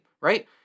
right